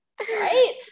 right